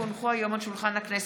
כי הונחו היום על שולחן הכנסת,